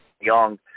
young